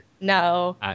no